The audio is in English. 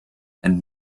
and